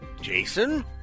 Jason